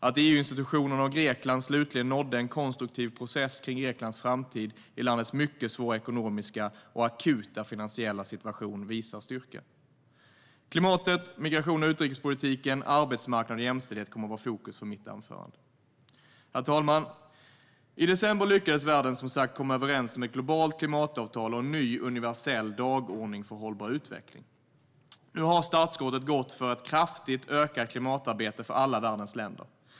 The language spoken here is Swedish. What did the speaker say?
Att EU-institutionerna och Grekland slutligen nådde en konstruktiv process kring Greklands framtid i landets mycket svåra ekonomiska och akuta finansiella situation visar styrka. Herr talman! I december lyckades världen som sagt komma överens om ett globalt klimatavtal och en ny universell dagordning för hållbar utveckling. Nu har startskottet gått för ett kraftigt ökat klimatarbete för alla världens länder.